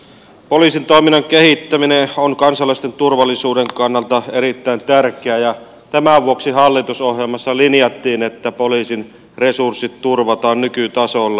poliisin toiminnan kehittäminen on kansalaisten turvallisuuden kannalta erittäin tärkeää ja tämän vuoksi hallitusohjelmassa linjattiin että poliisin resurssit turvataan nykytasolle